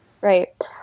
Right